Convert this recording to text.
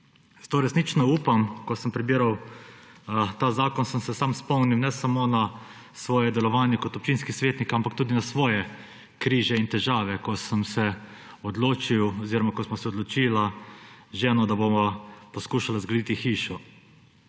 Zato resnično upam, ko sem prebiral ta zakon, sem se spomnil ne samo na svoje delovanje kot občinski svetnik, ampak tudi na svoje križe in težave, ko sem se odločil oziroma ko sva se odloča z ženo, da bova poskušala zgraditi hišo.